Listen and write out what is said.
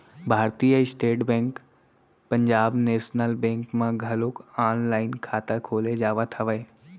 भारतीय state bank Punjab national bank म घलोक ऑनलाईन खाता खोले जावत हवय